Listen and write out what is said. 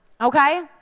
Okay